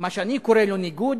מה שאני קורא לו ניגוד,